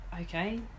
okay